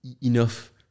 enough